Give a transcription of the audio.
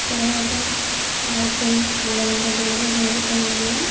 ᱥᱚᱦᱚᱟᱭ ᱫᱚ ᱢᱚᱸᱬᱮ ᱥᱤᱧ ᱢᱚᱸᱬᱮ ᱧᱤᱫᱟᱹ ᱫᱷᱩᱨᱭᱟᱹ ᱦᱩᱭᱩᱜ ᱛᱟᱦᱮᱸᱱ ᱜᱮᱭᱟ